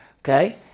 Okay